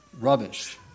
rubbish